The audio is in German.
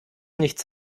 nichts